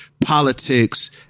politics